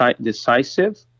decisive